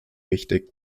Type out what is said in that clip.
wichtig